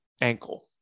ankle